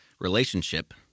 relationship